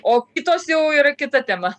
o kitos jau yra kita tema